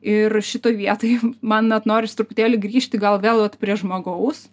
ir šitoj vietoj jau man net norisi truputėlį grįžti gal vėl vat prie žmogaus